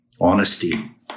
honesty